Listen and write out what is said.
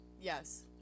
Yes